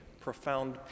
profound